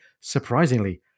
surprisingly